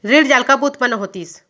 ऋण जाल कब उत्पन्न होतिस?